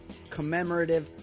commemorative